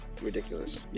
ridiculous